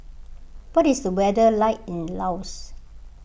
what is the weather like in Laos